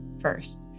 first